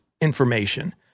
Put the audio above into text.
information